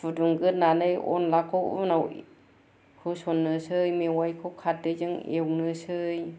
फुदुंग्रोनानै अनलाखौ उनाव होसन्नोसै मेवाइखौ खारदैजों एउनोसै